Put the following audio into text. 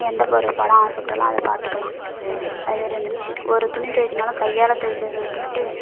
எந்தவொரு படம் ஆசைப்பட்டாலும் அதை பார்த்துக்கலாம் அது மாதிரி வந்துடுச்சு ஒரு துணி துவைக்கணும்னாலும் கையால் துவைக்கிறத விட்டுப்புட்டு